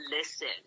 listen